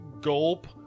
gulp